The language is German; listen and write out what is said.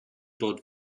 dort